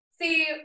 see